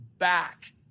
Back